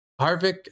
harvick